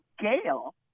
Gail